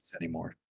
anymore